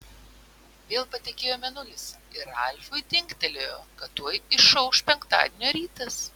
vėl patekėjo mėnulis ir ralfui dingtelėjo kad tuoj išauš penktadienio rytas